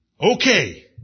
Okay